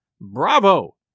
Bravo